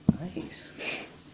Nice